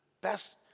best